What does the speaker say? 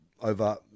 over